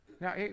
Now